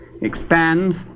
expands